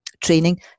training